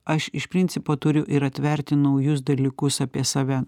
aš iš principo turiu ir atverti naujus dalykus apie save